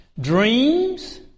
Dreams